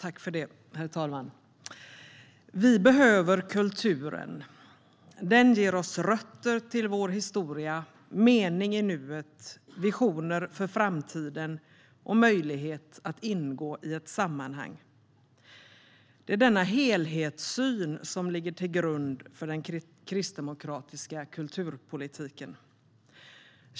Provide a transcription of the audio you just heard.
Herr talman! Vi behöver kulturen. Den ger oss rötter till vår historia, mening i nuet, visioner för framtiden och möjlighet att ingå i ett sammanhang. Det är denna helhetssyn som ligger till grund för den kristdemokratiska kulturpolitiken.